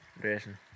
Dressing